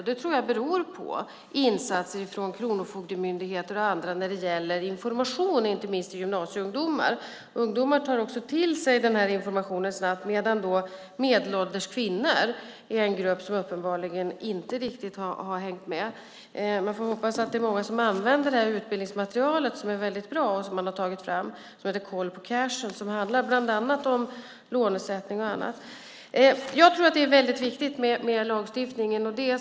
Jag tror att det beror på insatser från Kronofogdemyndigheten och andra när det gäller information, inte minst till gymnasieungdomar. Ungdomar tar också till sig den här informationen snabbt, medan medelålders kvinnor är en grupp som uppenbarligen inte riktigt har hängt med. Man får hoppas att det är många som använder det här utbildningsmaterialet som man har tagit fram och som är väldigt bra. Det heter Koll på cashen och handlar bland annat om lånesättning och annat. Jag tror att lagstiftningen är väldigt viktig.